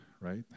right